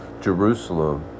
Jerusalem